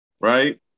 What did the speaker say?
right